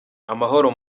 amahoro